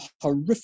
horrific